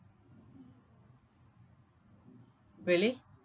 really